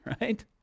right